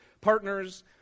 partners